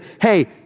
Hey